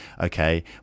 okay